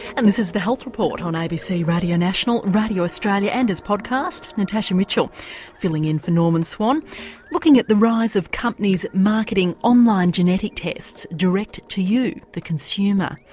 and this is the health report on abc radio national, radio australia and as podcast, natasha mitchell filling in for norman swan looking at the rise of companies marketing online genetic tests direct to you the consumer.